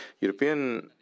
European